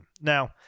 Now